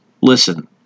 Listen